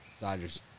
Dodgers